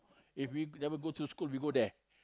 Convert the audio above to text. if we never go to school we go there